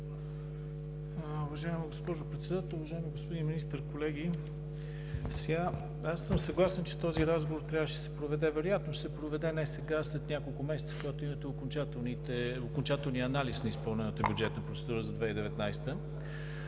Уважаема госпожо Председател, уважаеми господин Министър, колеги! Аз съм съгласен, че този разговор трябваше да се проведе, вероятно ще се проведе не сега, а след няколко месеца, когато имате окончателния анализ на изпълнената бюджетна процедура за 2019